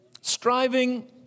Striving